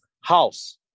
house